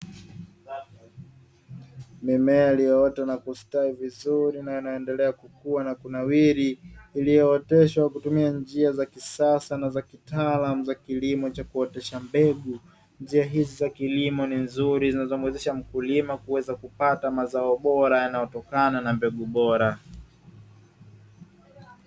Mimea iliyoota na kustawi vizuri na anaendelea kukua na kunawiri, iliyooteshwa kwa kutumia njia za kisasa na za kitaalam za kilimo cha kuotesha mbegu, njia hizi za kilimo ni nzuri zinazomwezesha mkulima kuweza kupata mazao bora yanayotokana na mbegu bora.